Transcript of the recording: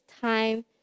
time